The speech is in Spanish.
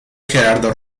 gerardo